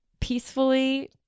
peacefully